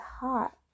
hot